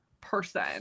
person